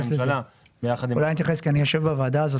הממשלה --- אולי אני אתייחס לזה כי אני יושב בוועדה הזאת.